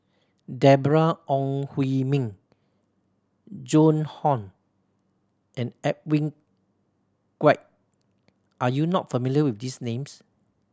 Deborah Ong Hui Min Joan Hon and Edwin Koek are you not familiar with these names